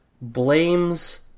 blames